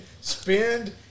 Spend